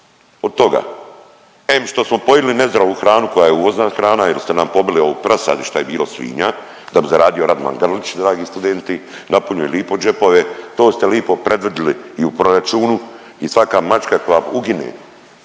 od toga, em što smo poili nezdravu hranu koja je uvozna hrana jer ste nam pobili ovu prasad i šta je bilo svinja da bi zaradio Radman Grlić dragi studenti, napunio je lipo džepove, to ste lipo predvidili i u proračunu i svaka mačka koja ugine